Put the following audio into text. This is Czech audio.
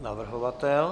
Navrhovatel?